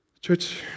Church